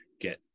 get